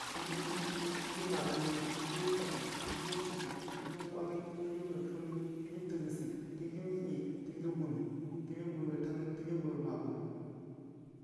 Tǝglǝ gwutanǝ, tǝglǝ ɓughi, tǝgli makǝni, tǝgli mfwari, tǝgli nwchufi, tǝgfli nkwangyi, tǝgli mbǝrfǝngyi, tǝgli tǝghǝsi, tǝgli wkli, tǝgli gwumǝ, tǝgli gwumǝri tanǝ, tǝghli gwumǝ rǝ ɓughi.